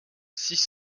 six